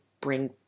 bring